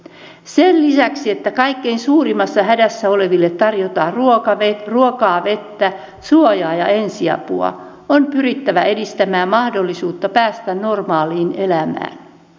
sen lisäksi että kaikkein suurimmassa hädässä oleville tarjotaan ruokaa vettä suojaa ja ensiapua on pyrittävä edistämään mahdollisuutta päästä normaaliin elämään